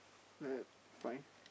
like that five